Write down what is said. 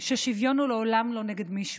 ששוויון הוא לעולם לא נגד מישהו,